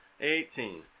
eighteen